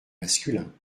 masculins